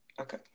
Okay